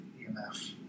EMF